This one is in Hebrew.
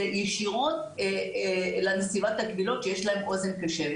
זה ישירות לנציבת הקבילות שיש לה אוזן קשבת.